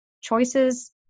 choices